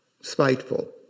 spiteful